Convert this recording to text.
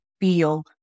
feel